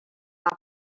off